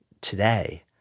today